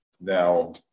Now